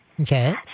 Okay